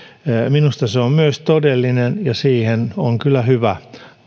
minusta se on todellinen mahdollisuus ja siihen on kyllä hyvä